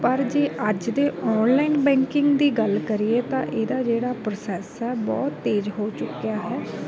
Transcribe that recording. ਪਰ ਜੇ ਅੱਜ ਦੇ ਓਨਲਾਈਨ ਬੈਂਕਿੰਗ ਦੀ ਗੱਲ ਕਰੀਏ ਤਾਂ ਇਹਦਾ ਜਿਹੜਾ ਪ੍ਰੋਸੈਸ ਹੈ ਬਹੁਤ ਤੇਜ਼ ਹੋ ਚੁੱਕਿਆ ਹੈ